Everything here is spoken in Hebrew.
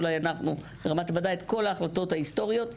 לאו דווקא השחתה של דמויות נשים.